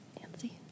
Nancy